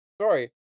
Sorry